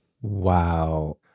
Wow